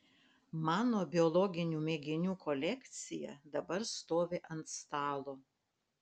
mano biologinių mėginių kolekcija dabar stovi ant stalo